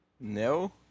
No